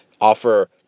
offer